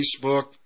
Facebook